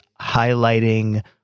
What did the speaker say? highlighting